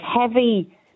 heavy